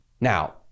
Now